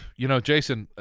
you know, jason,